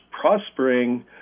prospering